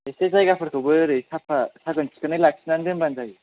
एसे जायगाफोरखौबो ओरै साफा साखोन सिखोनै लाखिना दोनबानो जायो